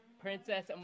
princess